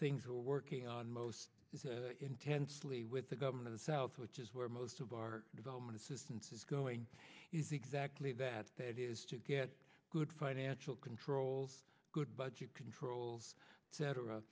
things we're working on most intensely with the government of the south which is where most of our development assistance is going is exactly that that is to get good financial controls good budget controls cetera